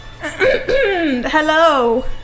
Hello